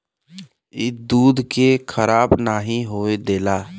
ई दूध के खराब नाही होए देला